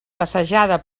passejada